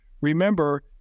Remember